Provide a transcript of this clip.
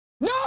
no